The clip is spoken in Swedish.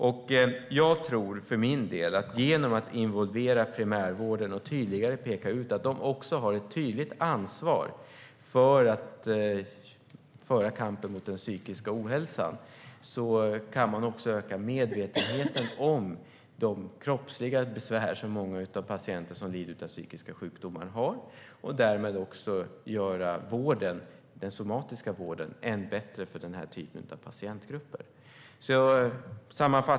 Genom att involvera primärvården och peka ut att den har ett tydligt ansvar för att föra kampen mot den psykiska ohälsan kan man också öka medvetenheten om de kroppsliga besvär som många av patienterna som lider av psykiska sjukdomar har och därmed också göra den somatiska vården än bättre för den typen av patientgrupper.